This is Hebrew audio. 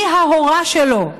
היא ההורה שלו,